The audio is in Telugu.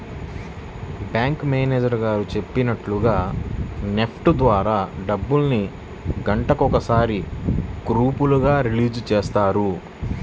బ్యాంకు మేనేజరు గారు చెప్పినట్లుగా నెఫ్ట్ ద్వారా డబ్బుల్ని గంటకొకసారి గ్రూపులుగా రిలీజ్ చేస్తారు